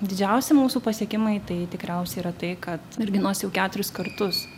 didžiausi mūsų pasiekimai tai tikriausiai yra tai kad merginos jau keturis kartus